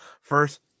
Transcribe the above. first